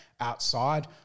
outside